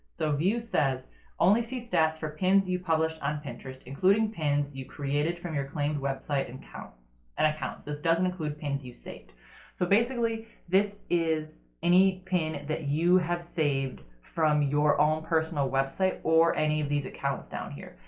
so view says only see stats for pins you published on pinterest including pins you created from your claimed website and and accounts. this doesn't include pins you saved so basically this is any pin that you have saved from your own personal website, or any of these accounts down here.